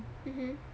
mmhmm